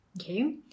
okay